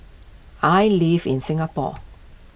I live in Singapore